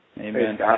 Amen